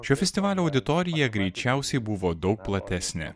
šio festivalio auditorija greičiausiai buvo daug platesnė